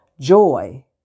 joy